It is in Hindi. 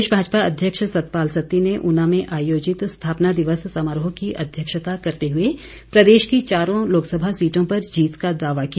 प्रदेश भाजपा अध्यक्ष सतपाल सत्ती ने ऊना में आयोजित स्थापना दिवस समारोह की अध्यक्षता करते हुए प्रदेश की चारों लोकसभा सीटों पर जीत का दावा किया